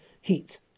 heat